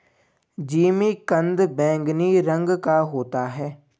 जिमीकंद बैंगनी रंग का होता है